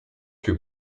drew